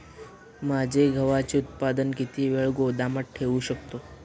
माझे गव्हाचे उत्पादन किती वेळ गोदामात ठेवू शकतो?